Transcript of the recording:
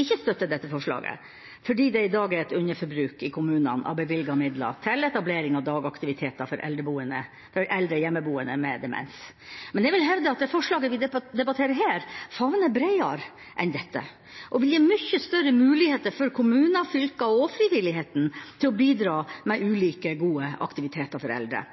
ikke støtter dette forslaget, fordi det i dag er et underforbruk i kommunene av bevilgede midler til etablering av dagaktiviteter for eldre hjemmeboende med demens. Men jeg vil hevde at det forslaget vi debatterer her, favner bredere enn dette og vil gi mye større muligheter for kommuner, fylker og frivilligheten til å bidra med ulike, gode aktiviteter for eldre.